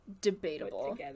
debatable